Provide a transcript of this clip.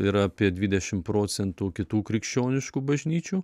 yra apie dvidešim procentų kitų krikščioniškų bažnyčių